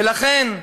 ולכן,